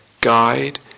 guide